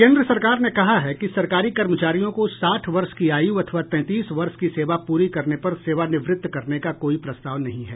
केन्द्र सरकार ने कहा है कि सरकारी कर्मचारियों को साठ वर्ष की आयु अथवा तैंतीस वर्ष की सेवा पूरी करने पर सेवानिवृत्त करने का कोई प्रस्ताव नहीं है